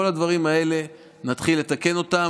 כל הדברים האלה נתחיל לתקן אותם.